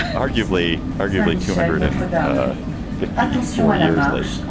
arguably, arguably two hundred and ah fifty four years late